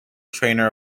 trainer